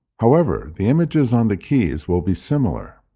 however, the images on the keys will be similar.